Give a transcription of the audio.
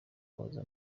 baza